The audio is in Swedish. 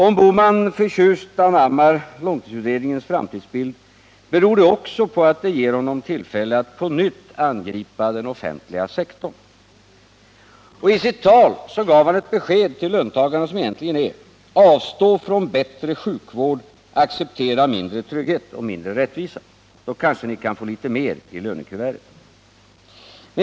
Om Bohman förtjust anammar långtidsutredningens framtidsbild, beror det också på att det ger honom tillfälle att på nytt angripa den offentliga sektorn. I sitt tal gav han ett besked till löntagarna som egentligen innebär: Avstå från bättre sjukvård och acceptera mindre trygghet och mindre rättvisa. Då kanske ni kan få litet mer i lönekuvertet.